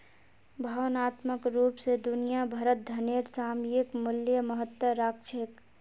भावनात्मक रूप स दुनिया भरत धनेर सामयिक मूल्य महत्व राख छेक